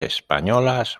españolas